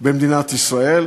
במדינת ישראל,